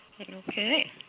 Okay